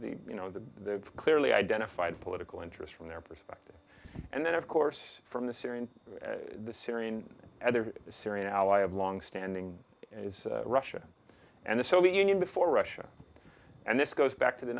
the you know the clearly identified political interest from their perspective and then of course from the syrian the syrian at the syrian ally of longstanding russia and the soviet union before russia and this goes back to the